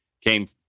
came